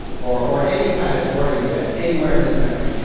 or or any kind of sporting event, anywhere in this country.